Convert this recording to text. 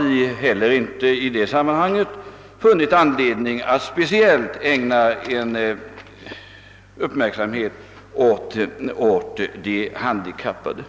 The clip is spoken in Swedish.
Vi har inte i detta sammanhang funnit anledning att ägna en speciell uppmärksamhet åt de handikappade.